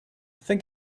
think